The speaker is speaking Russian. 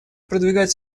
продвигать